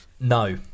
No